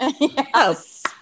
Yes